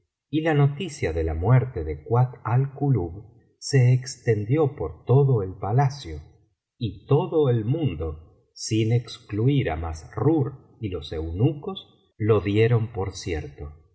y la noticia de la muerte de kuat al kulub se extendió por todo el palacio y todo el mundo sin excluir á massrur y los eunucos lo dieron por cierto